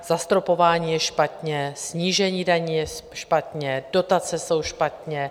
Zastropování je špatně, snížení daní je špatně, dotace jsou špatně.